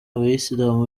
abayisilamu